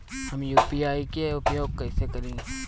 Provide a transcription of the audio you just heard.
हम यू.पी.आई के उपयोग कइसे करी?